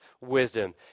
wisdom